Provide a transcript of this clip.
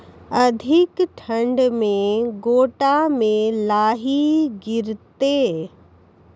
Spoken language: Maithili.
अधिक ठंड मे गोटा मे लाही गिरते?